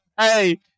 Hey